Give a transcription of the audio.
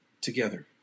together